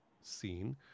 scene